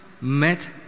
met